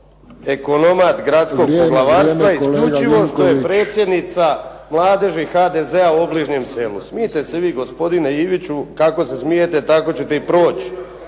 Zoran (SDP)** … isključivo što je predsjednica mladeži HDZ-a u obližnjem selu. Smijte se vi gospodine Iviću, kako se smijete tako ćete i proći